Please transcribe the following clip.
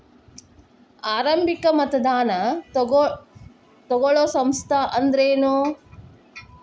ಆರಂಭಿಕ್ ಮತದಾನಾ ತಗೋಳೋ ಸಂಸ್ಥಾ ಅಂದ್ರೇನು?